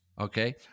okay